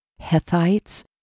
Hethites